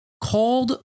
called